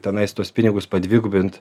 tenais tuos pinigus padvigubint